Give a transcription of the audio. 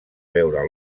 veure